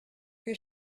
que